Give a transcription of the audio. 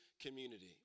community